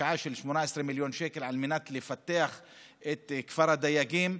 השקעה של 18 מיליון שקל על מנת לפתח את כפר הדייגים.